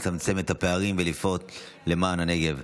לצמצם את הפערים ולפעול למען הנגב.